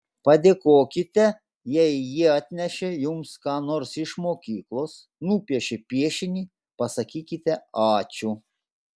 padėkokite jei jie atnešė jums ką nors iš mokyklos nupiešė piešinį pasakykite ačiū